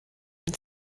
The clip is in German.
und